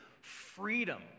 freedom